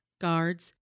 guards